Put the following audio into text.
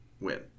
win